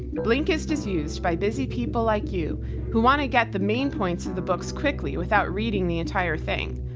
blinkist is used by busy people like you who want to get the main points of the books quickly without reading the entire thing.